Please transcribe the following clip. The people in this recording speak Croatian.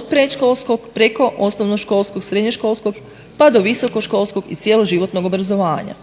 Od predškolskog preko osnovnoškolskog, srednjoškolskog pa do visokoškolskog i cjeloživotnog obrazovanja.